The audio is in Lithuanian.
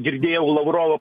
girdėjau lavrovo